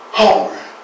hungry